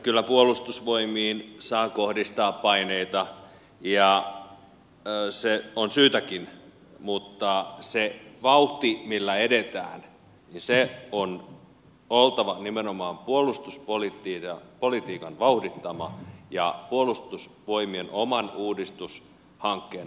kyllä puolustusvoimiin saa kohdistaa paineita ja on syytäkin mutta se vauhti millä edetään sen on oltava nimenomaan puolustuspolitiikan vauhdittama ja puolustusvoimien oman uudistushankkeen mukainen